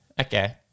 Okay